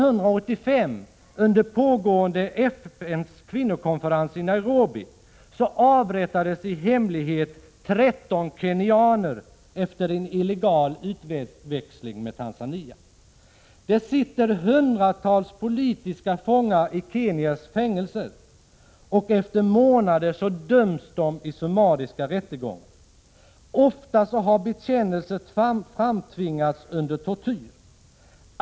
Under FN:s pågående kvinnokonferens i Nairobi 1985 avrättades i hemlighet 13 kenyaner efter en illegal utväxling med Tanzania. Det sitter hundratals politiska fångar i Kenyas fängelser som efter månaders vistelse där döms i summariska rättegångar. Ofta har bekännelser framtvingats under tortyr.